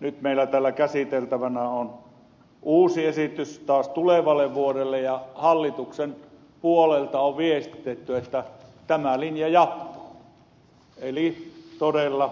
nyt meillä on täällä käsiteltävänä uusi esitys taas tulevalle vuodelle ja hallituksen puolelta on viestitetty että tämä linja jatkuu eli todella